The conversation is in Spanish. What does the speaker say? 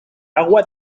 agua